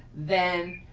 then,